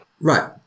Right